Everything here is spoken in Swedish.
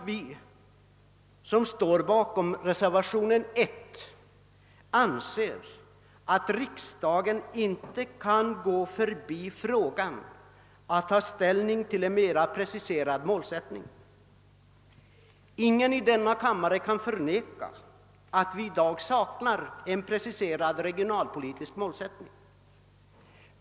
Vi som står bakom reservationen 1 anser att riksdagen inte kan underlåta att ta ställning till en mera preciserad målsättning. Ingen i denna kammare kan förneka att det i dag saknas en preciserad regionalpolitisk målsättning.